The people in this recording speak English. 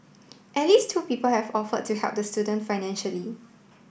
at least two people have offered to help the student financially